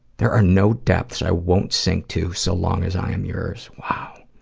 there are no depths i won't sink to, so long as i am yours. wow.